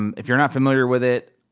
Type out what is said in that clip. um if you're not familiar with it,